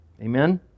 Amen